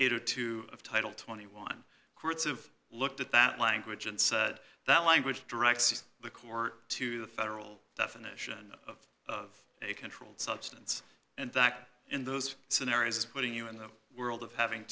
eight or two of title twenty one courts of looked at that language and said that language directs the court to the federal definition of a controlled substance and that in those scenarios is putting you in the world of having